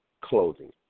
clothing